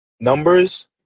numbers